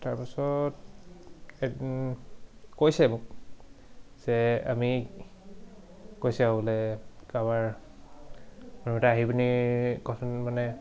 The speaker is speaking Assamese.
তাৰপিছত কৈছে মোক যে আমি কৈছে আৰু বোলে কাৰোবাৰ আহি পিনি গঠন মানে